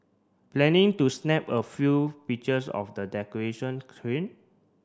planning to snap a few pictures of the decoration train